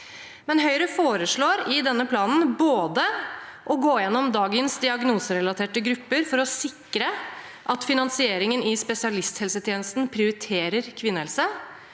Høyre foreslår i denne planen å gå igjennom dagens diagnoserelaterte grupper for å sikre at finansieringen i spesialisthelsetjenesten prioriterer kvinnehelse,